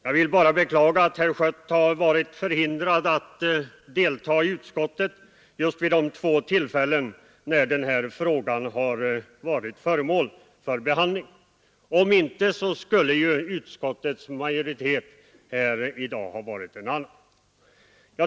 Jag vill bara beklaga att herr Schött var förhindrad att delta i utskottsarbetet just vid de två tillfällen då denna fråga behandlades. Om så inte varit fallet, hade utskottets majoritet i dag troligen varit en annan.